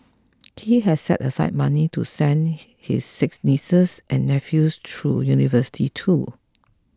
he has set aside money to send his six nieces and nephews through university too